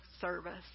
service